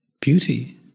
beauty